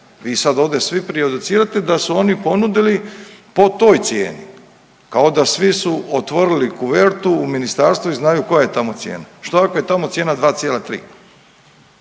Vi sad ovdje svi prejudicirate da su oni ponudili po toj cijeni, kao da svi su otvorili kuvertu u ministarstvu i znaju koja je tamo cijena, što ako je tamo cijena 2,3,